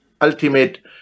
ultimate